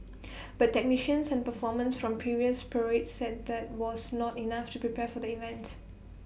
but technicians and performers from previous parades said that was not enough to prepare for the event